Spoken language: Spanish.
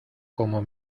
como